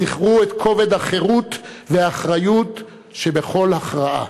זכרו את כובד החירות והאחריות שבכל הכרעה.